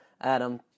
Adam